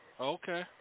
Okay